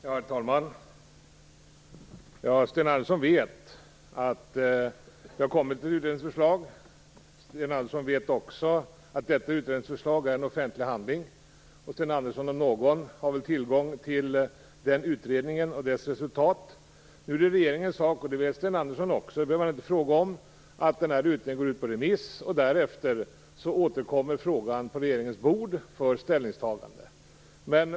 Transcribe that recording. Herr talman! Sten Andersson vet att det har kommit ett utredningsförslag. Sten Andersson vet också att detta utredningsförslag är en offentlig handling. Sten Andersson om någon har väl tillgång till den utredningen och till dess resultat. Nu är det regeringens sak - och det vet Sten Andersson också, det behöver han inte fråga om - att se till att utredningen går ut på remiss. Därefter återkommer frågan på regeringens bord för ställningstagande.